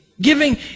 Giving